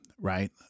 right